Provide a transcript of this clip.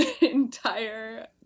entire